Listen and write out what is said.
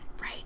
Right